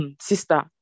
sister